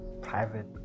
private